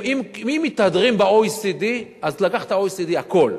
אם מתהדרים ב-OECD, אז לקחת את OECD, הכול.